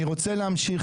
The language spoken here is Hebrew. אני רוצה להמשיך